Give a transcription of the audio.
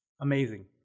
amazing